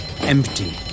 empty